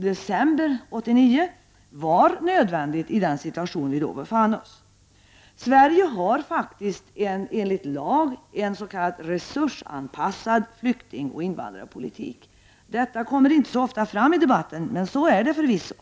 december 1989 var nödvändigt i den situation som vi då befann oss i. Sverige har enligt lag en s.k. resursanpassad flyktingoch invandrarpolitik. Detta kommer inte så ofta fram i debatten, men så är det förvisso.